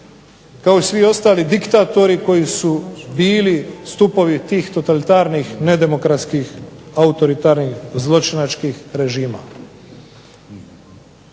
kao i svi ostali diktatori koji su bili stupovi tih totalitarnih, nedemokratskih, autoritarnih, zločinačkih režima.